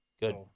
Good